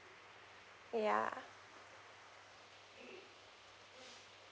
ya